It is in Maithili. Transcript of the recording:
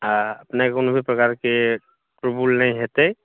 नहि कोनो भी प्रकारके कुलबुल नहि हेतै